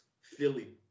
Philly